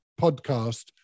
podcast